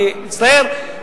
אני מצטער,